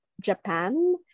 Japan